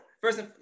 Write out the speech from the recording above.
First